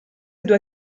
due